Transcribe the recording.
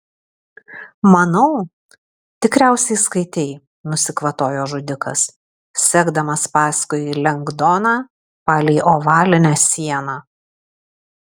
manau tikriausiai skaitei nusikvatojo žudikas sekdamas paskui lengdoną palei ovalinę sieną